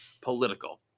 political